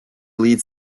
lead